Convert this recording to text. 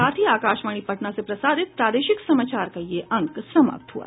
इसके साथ ही आकाशवाणी पटना से प्रसारित प्रादेशिक समाचार का ये अंक समाप्त हुआ